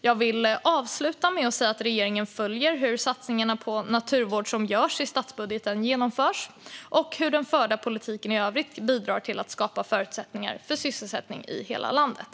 Jag vill avsluta med att säga att regeringen följer hur satsningarna på naturvård som görs i statsbudgeten genomförs och hur den förda politiken i övrigt bidrar till att skapa förutsättningar för sysselsättning i hela landet.